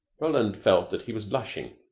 roland felt that he was blushing,